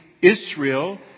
Israel